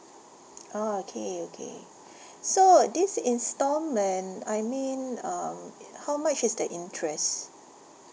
orh okay okay so this installment I mean um how much is the interest